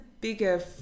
bigger